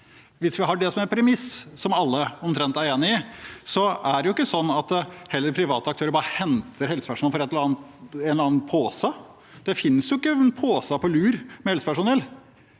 Hvis vi har det som en premiss, som omtrent alle er enig i, er det ikke sånn at private aktører bare henter helsepersonell fra en eller annen pose. Det finnes ikke en pose på lur med helsepersonell.